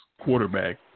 quarterback